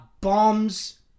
bombs